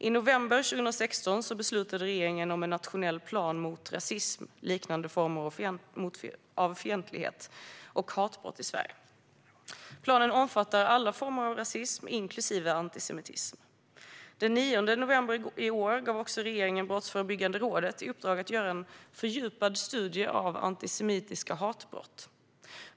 I november 2016 beslutade regeringen om en nationell plan mot rasism, liknande former av fientlighet och hatbrott i Sverige. Planen omfattar alla former av rasism, inklusive antisemitism. Den 9 november i år gav regeringen också Brottsförebyggande rådet i uppdrag att göra en fördjupad studie av antisemitiska hatbrott.